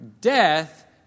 ...death